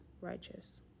righteous